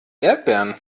erdbeeren